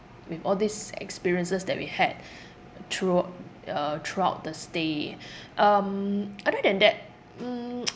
with all these experiences that we had through~ uh throughout the stay um other than that mm